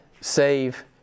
save